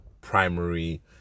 primary